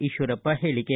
ಈಶ್ವರಪ್ಪ ಹೇಳಿಕೆ